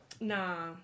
Nah